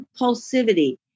impulsivity